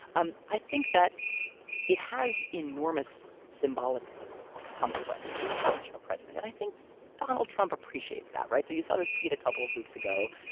um i think that it has enormous symbolic consequence to impeach a president and i think donald trump appreciates that, right? so you saw this tweet a couple weeks ago.